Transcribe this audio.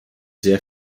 sehr